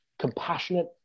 compassionate